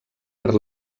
per